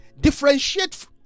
differentiate